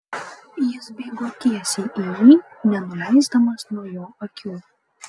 jis bėgo tiesiai į jį nenuleisdamas nuo jo akių